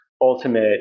ultimate